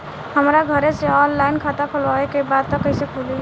हमरा घरे से ऑनलाइन खाता खोलवावे के बा त कइसे खुली?